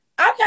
okay